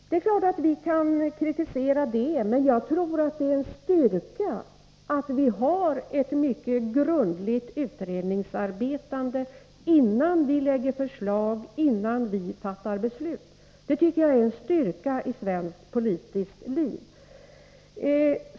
Det är klart att man kan kritisera det förhållandet, men jag tror att det är en styrka att vi har ett mycket grundligt utredningsarbetande innan vi framlägger förslag och fattar beslut — det tycker jag är en styrka i svenskt politiskt liv.